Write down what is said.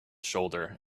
shoulder